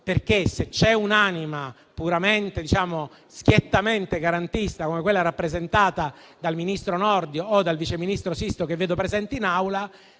perché, se c'è un'anima schiettamente garantista come quella rappresentata dal ministro Nordio o dal vice ministro Sisto, che vedo presente in Aula,